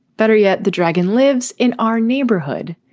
better yet, the dragon lives in our neighborhood.